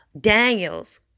Daniels